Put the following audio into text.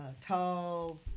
tall